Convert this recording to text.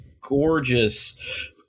gorgeous